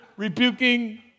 rebuking